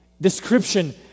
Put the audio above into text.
description